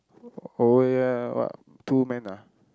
oh ya what two man ah